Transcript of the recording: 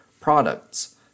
products